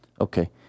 Okay